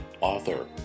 author